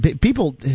People